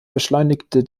beschleunigte